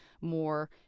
more